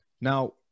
Now